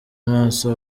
amaso